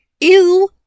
Ew